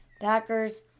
Packers